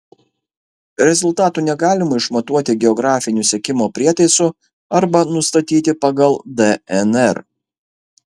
rezultatų negalima išmatuoti geografiniu sekimo prietaisu arba nustatyti pagal dnr